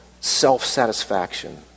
self-satisfaction